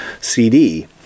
CD